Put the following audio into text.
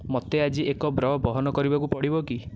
ମୋତେ ଆଜି ଏକ ବ୍ର ବହନ କରିବାକୁ ପଡ଼ିବ କି